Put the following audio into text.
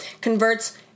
converts